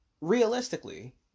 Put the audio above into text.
realistically